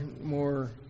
more